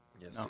Yes